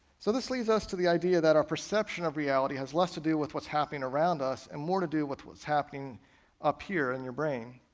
so this leads us to the idea that our perception of reality has less to do with what's happening around us and more to do with what's happening up here in your brain.